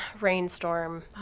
rainstorm